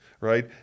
right